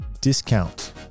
discount